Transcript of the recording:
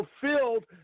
fulfilled